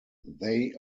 they